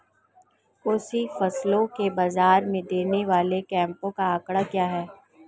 कृषि फसलों को बाज़ार में देने वाले कैंपों का आंकड़ा क्या है?